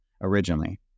originally